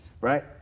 right